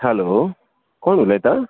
hello कोण उलयता